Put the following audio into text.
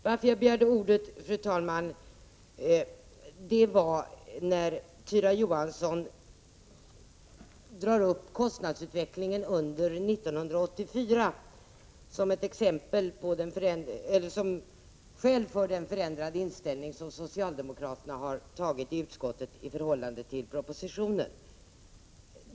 Men jag begärde ordet, fru talman, när Tyra Johansson drog upp kostnadsutvecklingen under 1984 som skäl för socialdemokraternas förändrade inställning i utskottet i förhållande till propositionen.